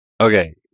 okay